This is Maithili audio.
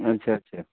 अच्छा अच्छा